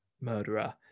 murderer